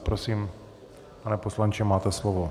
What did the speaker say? Prosím, pane poslanče, máte slovo.